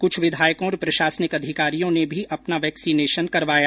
कुछ विधायकों और प्रशासनिक अधिकारियों ने भी अपना वैक्सीनेशन करवाया